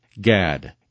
Gad